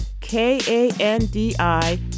k-a-n-d-i